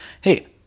hey